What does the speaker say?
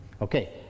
Okay